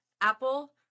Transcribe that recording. apple